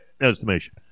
estimation